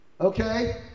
Okay